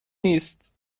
نیست